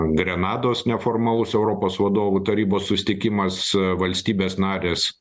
grenados neformalus europos vadovų tarybos susitikimas valstybės narės